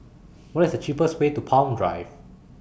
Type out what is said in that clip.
What IS The cheapest Way to Palm Drive